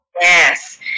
Yes